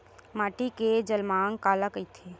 माटी के जलमांग काला कइथे?